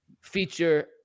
feature